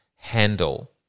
handle